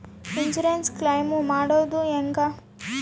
Insurance claim ಮಾಡೋದು ಹೆಂಗ?